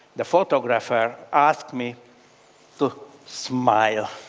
the photographer asked me to smile.